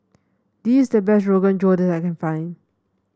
this is the best Rogan Josh I can find